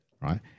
right